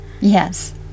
Yes